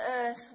earth